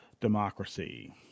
Democracy